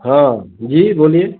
हाँ जी बोलिए